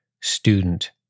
student